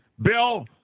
Bill